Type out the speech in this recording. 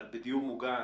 אבל בדיור מוגן,